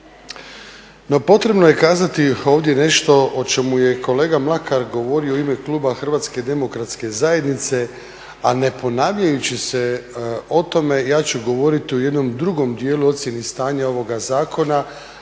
potrebno je kazati ovdje nešto o čemu je kolega Mlakar govorio u ime kluba HDZ-a, a ne ponavljajući se o tome ja ću govoriti o jednom drugom dijelu ocjeni stanja ovoga zakona,